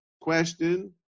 question